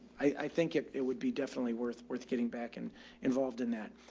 i think it it would be definitely worth, worth getting back and involved in that.